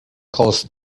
caused